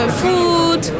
food